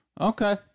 Okay